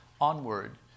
onward